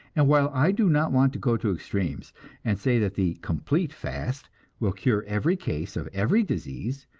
and while i do not want to go to extremes and say that the complete fast will cure every case of every disease,